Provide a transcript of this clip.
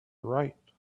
right